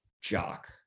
jock